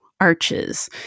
Arches